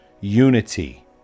unity